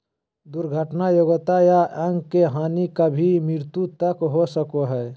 दुर्घटना अयोग्यता या अंग के हानि कभी मृत्यु तक हो सको हइ